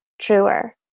truer